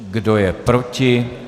Kdo je proti?